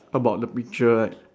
about the picture right